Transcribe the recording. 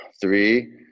three